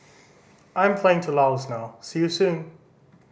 I'm flying to Laos now see you soon